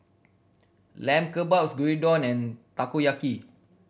Lamb Kebabs Gyudon and Takoyaki